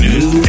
New